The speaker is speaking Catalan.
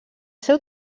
seu